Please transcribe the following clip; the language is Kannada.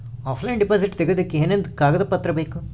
ಆಫ್ಲೈನ್ ಡಿಪಾಸಿಟ್ ತೆಗಿಯೋದಕ್ಕೆ ಏನೇನು ಕಾಗದ ಪತ್ರ ಬೇಕು?